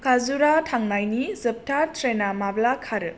काजुराह' थांनायनि जोबथा ट्रेना माब्ला खारो